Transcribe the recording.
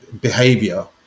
behavior